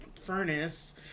furnace